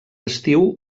estiu